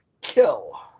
kill